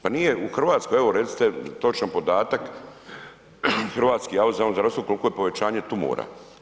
Pa nije u Hrvatskoj, evo recite točan podatak Hrvatski zavod za javno zdravstvo koliko je povećanje tumora.